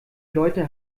leute